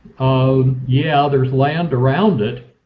um yeah there's land around it,